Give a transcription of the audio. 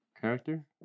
Character